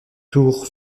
tour